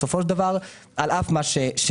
בסופו של דבר על אף מה שאמרת,